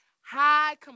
high